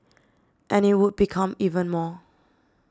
and it would become even more